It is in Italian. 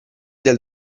del